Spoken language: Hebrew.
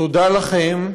תודה לכם.